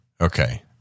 okay